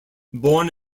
born